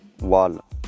wall